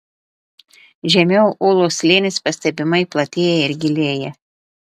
žemiau ūlos slėnis pastebimai platėja ir gilėja